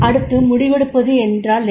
அடுத்து முடிவெடுப்பது என்றால் என்ன